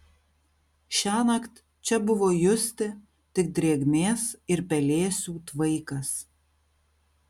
šiąnakt čia buvo justi tik drėgmės ir pelėsių tvaikas